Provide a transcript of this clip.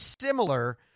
similar